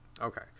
Okay